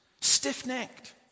Stiff-necked